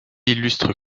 illustrent